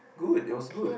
good it was good